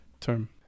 term